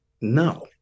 no